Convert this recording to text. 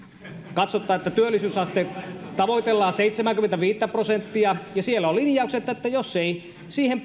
katsotaan että työllisyysasteessa tavoitellaan seitsemääkymmentäviittä prosenttia ja siellä on linjaukset että jos ei siihen